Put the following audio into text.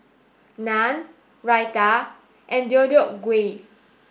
Naan Raita and Deodeok Gui